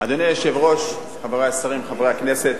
אדוני היושב-ראש, חברי השרים, חברי הכנסת,